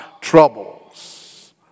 troubles